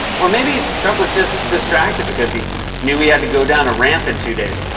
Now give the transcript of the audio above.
or maybe trump was just distracted because he knew he had to go down a ramp in two days.